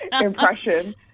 impression